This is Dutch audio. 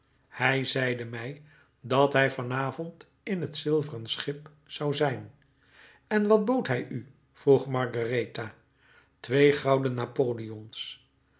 hij zeide mij dat hij van avond in het zilveren schip zou zijn en wat bood hij u vroeg margaretha twee gouden napoleons